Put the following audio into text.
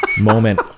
moment